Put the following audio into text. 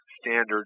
standard